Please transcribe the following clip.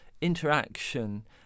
interaction